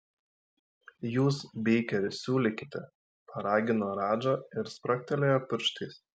jūs beikeri siūlykite paragino radža ir spragtelėjo pirštais